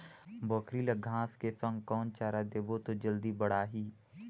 बकरी ल घांस के संग कौन चारा देबो त जल्दी बढाही?